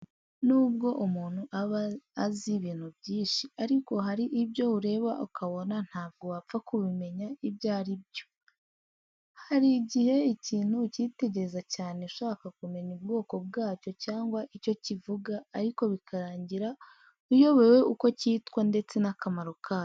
Nubwo umuntu aba azi ibintu byinshi ariko hari ibyo ureba ukabona ntabwo wapfa kumenya ibyo ari byo. Hari igihe ikintu ukitegereza cyane ushaka kumenya ubwoko bwacyo cyangwa icyo kivuga ariko bikarangira uyobewe uko cyitwa ndetse n'akamaro kacyo.